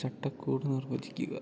ചട്ടക്കൂട് നിർവ്വചിക്കുക